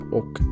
och